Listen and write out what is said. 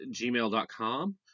gmail.com